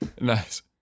Nice